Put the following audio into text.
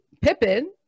Pippin